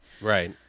Right